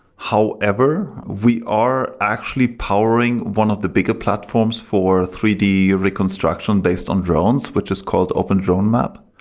however, we are actually powering one of the bigger platforms for three d reconstruction based on drones, which is called open drone map.